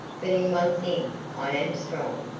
but in one thing i am strong,